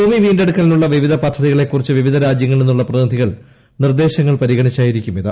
ഭൂമി വീണ്ടെടുക്കലിനുള്ള വിവിധ പദ്ധതികളെക്കുറിച്ച് വിവിധരാജ്യ ങ്ങളിൽ നിന്നുള്ള പ്രതിനിധികൾ നിർദേശങ്ങൾ പരിഗണിച്ചായിരിക്കും ഇത്